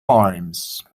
arms